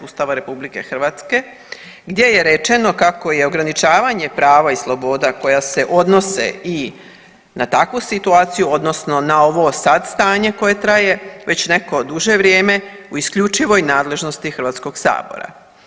Ustava RH gdje je rečeno kako je ograničavanje prava i sloboda koja se odnose i na takvu situaciju odnosno na ovo sad stanje koje traje već neko duže vrijeme u isključivoj nadležnosti Hrvatskog sabora.